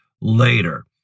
later